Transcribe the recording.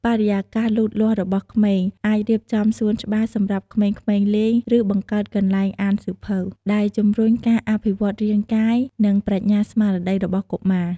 បរិយាកាសលូតលាស់របស់ក្មេង អាចរៀបចំសួនច្បារសម្រាប់ក្មេងៗលេង ឬបង្កើតកន្លែងអានសៀវភៅ ដែលជំរុញការអភិវឌ្ឍន៍រាងកាយ និងបញ្ញាស្មារតីរបស់កុមារ។